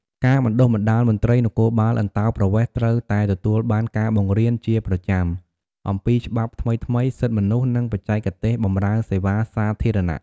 ការបណ្តុះបណ្តាលមន្ត្រីគរបាលអន្តោប្រវេសន៍ត្រូវតែទទួលបានការបង្រៀនជាប្រចាំអំពីច្បាប់ថ្មីៗ សិទ្ធិមនុស្ស និងបច្ចេកទេសបម្រើសេវាសាធារណៈ។